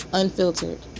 unfiltered